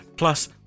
Plus